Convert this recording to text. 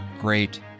great